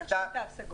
בטח "תו סגול",